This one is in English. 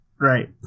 Right